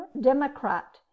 Democrat